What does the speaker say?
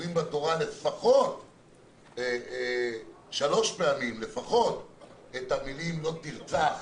שקוראים בתורה לפחות שלוש פעמים את המילים "לא תרצח",